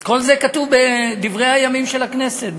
כל זה כתוב בדברי הימים של הכנסת,